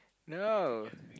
no